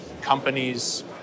companies